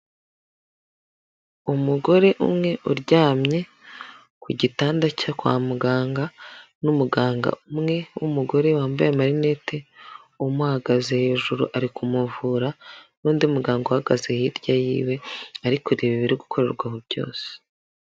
Umugore umwe uryamye ku gitanda cyo kwa muganga n'umuganga umwe w'umugore wambaye amarinete, umuhagaze hejuru ari kumuvura n'undi muganga uhagaze hirya yiwe arikureba ibiri gukorerwaho byose.